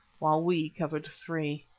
while we covered three.